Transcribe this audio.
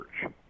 church